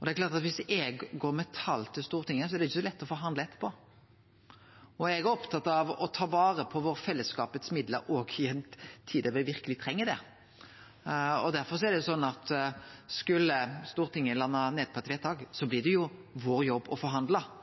og det er klart at viss eg går med tal til Stortinget, er det ikkje så lett å forhandle etterpå. Eg er opptatt av å ta vare på midlane til fellesskapet òg i ei tid da me verkeleg treng det. Derfor er det sånn at skulle Stortinget lande ned på eit vedtak, blir det jo vår jobb å